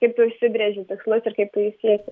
kaip tu užsibrėži tikslus ir kaip tu jų sieki